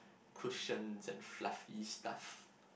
cushions and fluffy stuffs